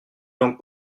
langues